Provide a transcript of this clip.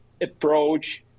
approach